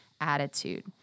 attitude